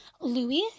Louis